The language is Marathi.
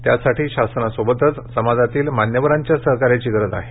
त्यासाठी शासनासोबतच समाजातील मान्यवरांच्या सहकार्याची गरज आहे